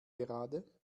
gerade